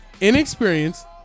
inexperienced